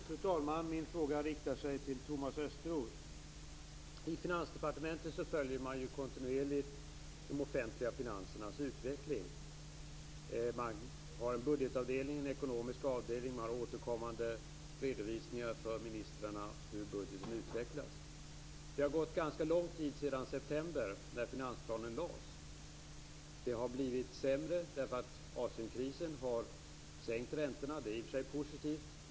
Fru talman! Min fråga riktar sig till Thomas I Finansdepartementet följer man kontinuerligt de offentliga finansernas utveckling. Man har en budgetavdelning, en ekonomisk avdelning och återkommande redovisningar för ministrarna hur budgeten utvecklas. Det har gått en ganska lång tid sedan september när finansplanen lades fram. Det har blivit sämre därför att Asienkrisen har sänkt räntorna - det är i och för sig positivt.